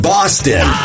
Boston